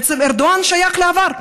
בעצם ארדואן שייך לעבר,